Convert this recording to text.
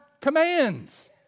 commands